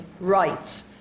rights